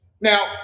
Now